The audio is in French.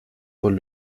pol